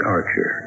Archer